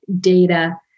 data